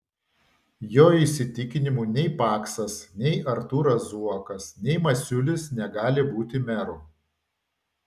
jo įsitikinimu nei paksas nei artūras zuokas nei masiulis negali būti meru